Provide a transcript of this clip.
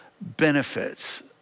benefits